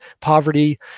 poverty